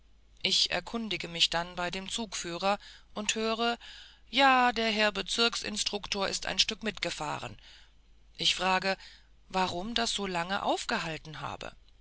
ich erkundige mich dann bei dem zugführer und höre ja der herr bezirksinstruktor ist ein stück mitgefahren ich frage warum das so lange aufgehalten habe